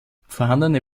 vorhandene